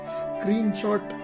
screenshot